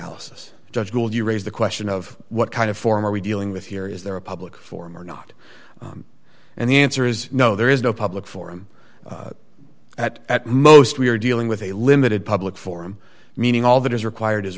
analysis judge will you raise the question of what kind of forum are we dealing with here is there a public forum or not and the answer is no there is no public forum at at most we are dealing with a limited public forum meaning all that is required is